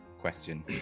question